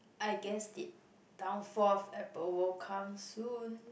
I guess the downfall of Apple will come soon